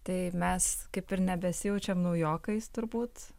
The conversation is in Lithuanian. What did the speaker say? tai mes kaip ir nebesijaučiam naujokais turbūt